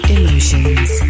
Emotions